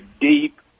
deep